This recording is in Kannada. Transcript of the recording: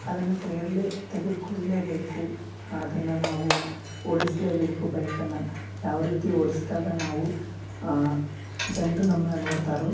ಅದನ್ನ ತಗೊಳ್ಳೆ ತೆಗೆದ್ಕೊಳ್ಳಲೇಬೇಕು ಅದನ್ನ ನಾವು ಓಡಿಸಲೇಬೇಕು ಬೈಕನ್ನ ಯಾವ ರೀತಿ ಓಡಿಸ್ದಾಗ ನಾವು ಜನರು ನಮ್ನನ್ನ ನೋಡ್ತಾರೋ